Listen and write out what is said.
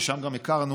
ששם גם היכרנו,